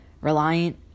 reliant